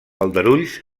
aldarulls